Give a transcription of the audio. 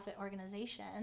organization